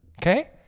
okay